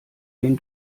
den